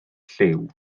lliw